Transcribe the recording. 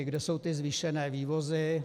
Kde jsou ty zvýšené vývozy?